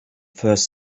first